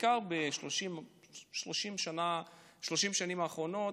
בעיקר ב-30 השנים האחרונות,